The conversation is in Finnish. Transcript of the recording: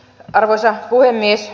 arvoisa puhemies